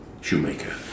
Shoemaker